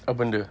apa benda